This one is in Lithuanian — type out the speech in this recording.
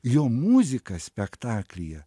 jo muzika spektaklyje